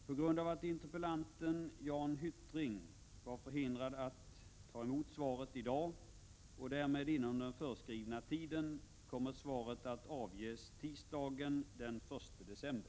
Herr talman! På grund av att interpellanten Jan Hyttring är förhindrad att ta emot svaret i dag, och därmed inom den föreskrivna tiden, kommer svaret att avges tisdagen den 1 december.